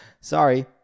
sorry